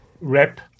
rep